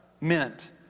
meant